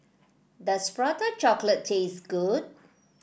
does Prata Chocolate taste good